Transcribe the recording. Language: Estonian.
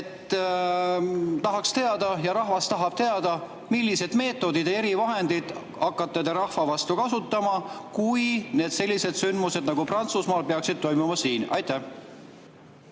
Tahaks teada ja rahvas tahab teada, milliseid meetodeid ja erivahendeid hakkate te rahva vastu kasutama, kui sellised sündmused nagu Prantsusmaal peaksid toimuma siin. Aitäh,